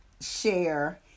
share